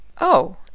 Oh